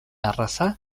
arraza